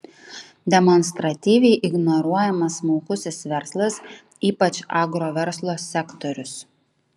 demonstratyviai ignoruojamas smulkusis verslas ypač agroverslo sektorius